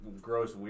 gross